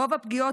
רוב הפגיעות,